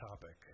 topic